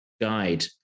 guide